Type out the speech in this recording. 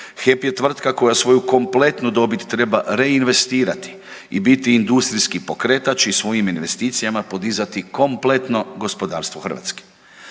HEP je tvrtka koja svoju kompletnu dobit treba reinvestirati i biti industrijski pokretač i svojim investicijama podizati kompletno gospodarstvo Hrvatske.